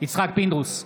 יצחק פינדרוס,